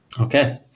Okay